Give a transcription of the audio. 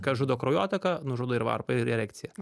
kas žudo kraujotaką nužudo ir varpą ir erekciją